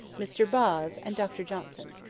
mr boz, and dr johnson.